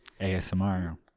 ASMR